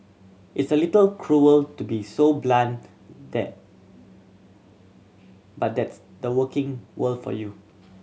it's a little cruel to be so blunt that but that's the working world for you